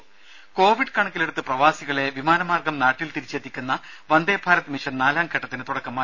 രമേ കോവിഡ് കണക്കിലെടുത്ത് പ്രവാസികളെ വിമാന മാർഗ്ഗം നാട്ടിൽ തിരിച്ചെത്തിക്കുന്ന വന്ദേഭാരത് മിഷൻ നാലാം ഘട്ടത്തിന് തുടക്കമായി